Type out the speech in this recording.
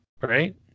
Right